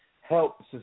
help